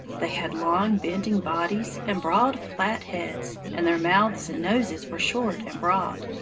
they had long bending bodies, and broad, flat heads, and their mouths and noses were short and broad.